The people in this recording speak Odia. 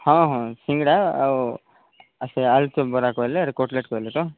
ହଁ ହଁ ସିଙ୍ଗଡ଼ା ଆଉ ସେ ଆଳୁଚପ ବରା କହିଲେ ଆଉ କଟଲେଟ୍ କହିଲେ ତ